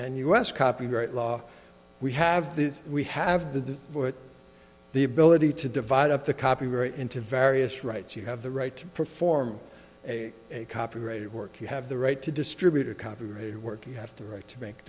and us copyright law we have these we have the the ability to divide up the copyright into various rights you have the right to perform a copyrighted work you have the right to distribute a copyrighted work you have to right to make